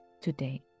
today